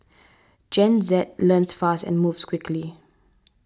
Gen Z learns fast and moves quickly